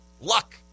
luck